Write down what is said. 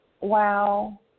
wow